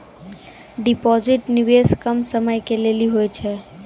Deposit निवेश कम समय के लेली होय छै?